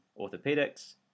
orthopedics